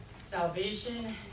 Salvation